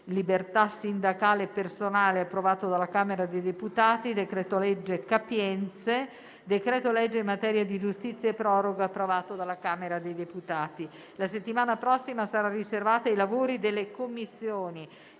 libertà sindacale del personale militare, approvato dalla Camera dei deputati; decreto-legge capienze; decreto-legge in materia di giustizia e proroghe, approvato dalla Camera dei deputati. La settimana prossima sarà riservata ai lavori delle Commissioni,